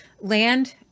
land